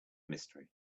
mystery